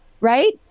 Right